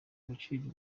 agaciro